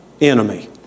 enemy